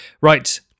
Right